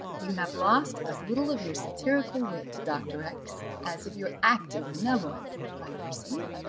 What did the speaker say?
you have lost as little of your satirical wit, dr. x, as of your active benevolence, i perceive,